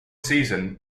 season